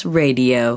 radio